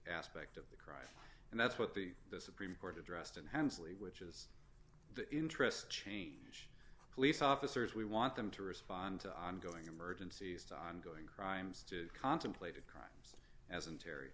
aspect of the crime and that's what the supreme court addressed in hensley which is the interest change police officers we want them to respond to ongoing emergencies ongoing crimes to contemplated crimes as and terry